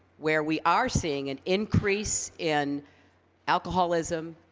where we are seeing an increase in alcoholism,